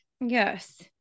Yes